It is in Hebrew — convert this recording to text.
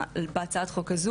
שאני לא מבינה מה עובר עליי,